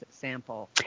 sample